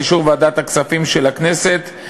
באישור ועדת הכספים של הכנסת,